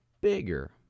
bigger